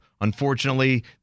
Unfortunately